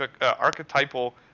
archetypal